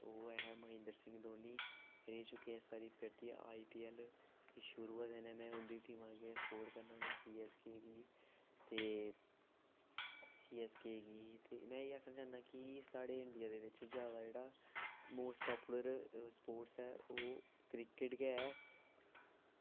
ओह् ऐ महेंद्र सिंह धोनी रेही चुके इस बारी आई पी एल ते शुरू दा गै में उं'दी टीम गी सपोर्ट करना होन्ना सी एस के गी ते सी एस के गी की ते में एह् आक्खना चाहन्नां कि साढ़े इंडिया दे बिच्च जादा जेह्ड़ा मोस्ट पॉपूलर स्पोर्टस ऐ ओह् क्रिकेट गै ऐ